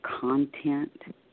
content